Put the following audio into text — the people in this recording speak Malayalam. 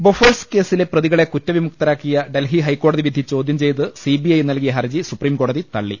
ബൊഫേഴ്സ് കേസിലെ പ്രതികളെ കുറ്റവിമുക്തരാക്കിയ ഡൽഹി ഹൈക്കോടതി പിധി ചോദ്യം ചെയ്ത് സിബിഐ നൽകിയ ഹർജി സുപ്രീംകോടതി തള്ളി